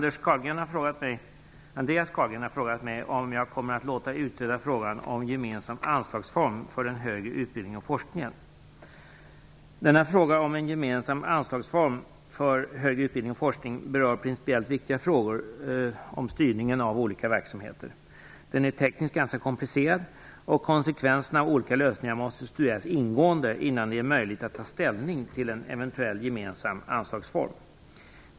Fru talman! Anders Carlgren har frågat mig om jag kommer att låta utreda frågan om gemensam anslagsform för den högre utbildningen och forskningen. Frågan om gemensam anslagsform för den högre utbildningen och forskningen berör principiellt viktiga frågor om styrningen av olika verksamheter. Den är tekniskt ganska komplicerad, och konsekvenserna av olika lösningar måste studeras ingående innan det är möjligt att ta ställning till en eventuell gemensam anslagsform.